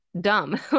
dumb